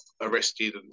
arrested